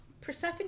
Persephone